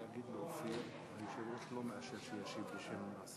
ההצעה להעביר את הנושא לוועדת העבודה,